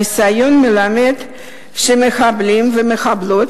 הניסיון מלמד שמחבלים ומחבלות